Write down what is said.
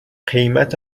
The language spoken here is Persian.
قیمت